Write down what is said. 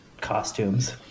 costumes